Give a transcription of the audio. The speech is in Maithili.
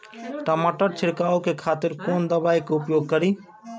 टमाटर छीरकाउ के खातिर कोन दवाई के उपयोग करी?